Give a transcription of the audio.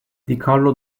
dicarlo